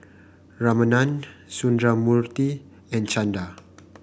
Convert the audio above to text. Ramanand Sundramoorthy and Chanda